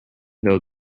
though